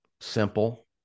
simple